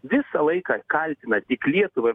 visą laiką kaltina tik lietuvą